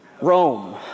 Rome